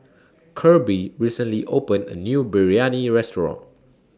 Kirby recently opened A New Biryani Restaurant